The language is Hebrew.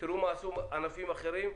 תראו מה עשו ענפים אחרים,